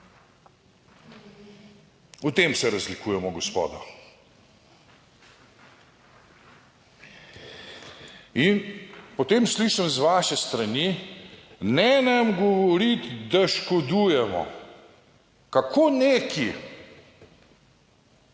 V tem se razlikujemo, gospoda. In potem slišim z vaše strani, ne nam govoriti, da škodujemo. Kako neki?